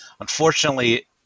Unfortunately